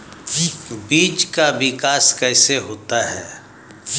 बीज का विकास कैसे होता है?